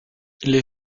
les